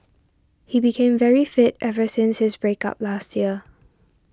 he became very fit ever since his break up last year